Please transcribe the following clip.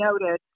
noted